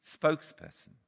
spokesperson